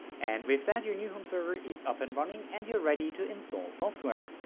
and with that your new home server is up and running and you're ready to install software.